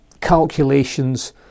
calculations